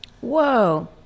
whoa